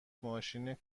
ماشین